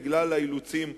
בגלל האילוצים,